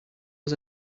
was